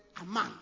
aman